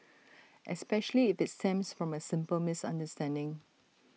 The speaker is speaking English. especially if IT stems from A simple misunderstanding